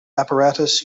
apparatus